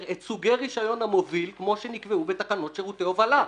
את סוגי שירותי המוביל כמו שנקבעו בתקנות שירותי הובלה.